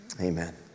Amen